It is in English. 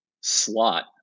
slot